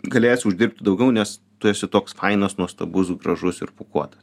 galėsi uždirbti daugiau nes tu esi toks fainas nuostabus gražus ir pūkuotas